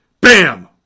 BAM